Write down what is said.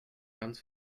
ganz